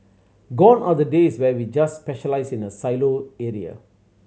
gone are the days where we just specialise in a silo area